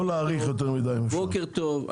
בוקר טוב.